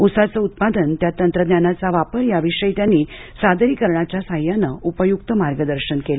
उसाचे उत्पादन त्यात तंत्रज्ञानाचा वापर याविषयी त्यांनी सादरीकरणाच्या साहाय्याने उपयुक्त मार्गदर्शन केले